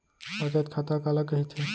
बचत खाता काला कहिथे?